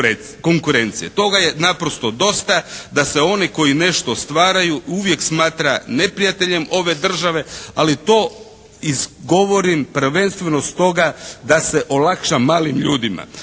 Toga je naprosto dosta da se one koji nešto stvaraju uvijek smatra neprijateljem ove države ali to govorim prvenstveno stoga da se olakša malim ljudima.